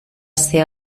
ser